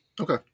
Okay